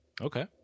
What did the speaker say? Okay